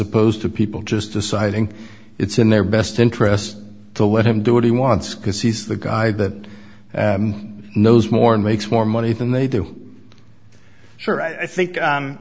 opposed to people just deciding it's in their best interest to let him do what he wants because he's the guy that knows more and makes more money than they do sure i think